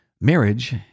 marriage